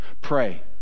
Pray